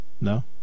No